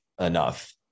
enough